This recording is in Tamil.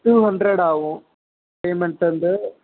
டூ ஹண்ரட் ஆகும் பேமெண்ட் வந்து